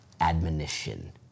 admonition